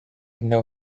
know